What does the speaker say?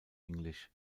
english